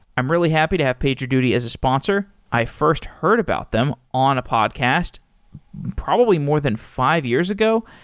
i'm really happy to have pager duty as a sponsor. i first heard about them on a podcast probably more than five years ago.